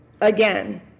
Again